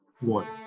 one